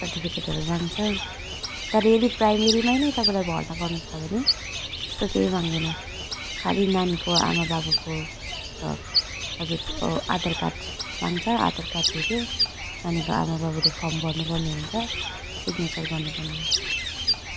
सर्टिफिकेटहरू माग्छ तर यदि प्राइमेरीमै नै तपाईँलाई भर्ना गर्नु छ भने त्यस्तो केही माग्दैन खालि नानीको आमा बाबाको र तपाईँको आधार कार्ड माग्छ आधार कार्ड हेऱ्यो अनि नानीको आमा बाबाले फर्म भर्नु पर्ने हुन्छ सिग्नेचर गर्नुपर्ने हुन्छ